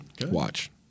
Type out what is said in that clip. Watch